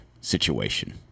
situation